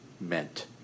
meant